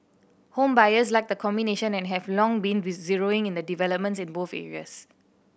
home buyers like the combination and have long been zeroing in the developments in both areas